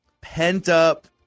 pent-up